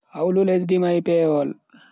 Hawlu lesdi mai pewol.